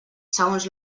segons